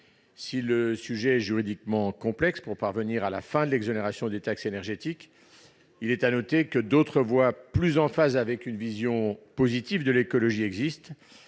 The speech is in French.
Si le sujet est juridiquement complexe, pour parvenir à la fin de l'exonération de taxes énergétiques, d'autres voies existent, plus en phase avec une vision positive de l'écologie.